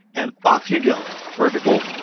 and off you go perfect. well,